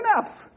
enough